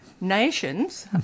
nations